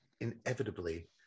inevitably